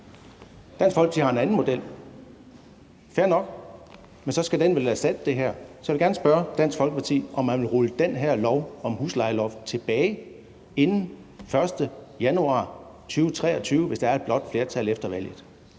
Dansk Folkeparti har en anden model, fair nok, men så skal den vel erstatte det her. Så jeg vil gerne spørge Dansk Folkeparti, om man vil rulle den her lov om et huslejeloft tilbage inden den 1. januar 2023, og hvis der er et blåt flertal efter valget.